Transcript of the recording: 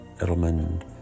Edelman